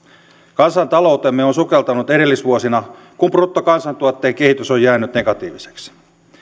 kansantaloutemme on sukeltanut edellisvuosina kun bruttokansantuotteen kehitys on jäänyt negatiiviseksi